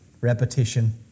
repetition